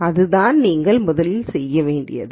அதுதான் நீங்கள் முதலில் செய்ய வேண்டியது